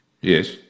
yes